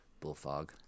bullfog